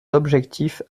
objectifs